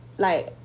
like